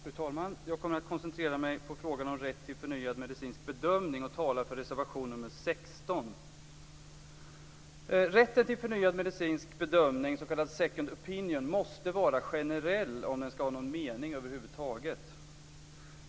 Fru talman! Jag kommer att koncentrera mig till frågan om rätt till förnyad medicinsk bedömning och tala för reservation nr 16. second opinion, måste vara generell om den skall ha någon mening över huvud taget.